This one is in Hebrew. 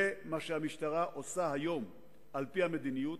זה מה שהמשטרה עושה היום על-פי המדיניות.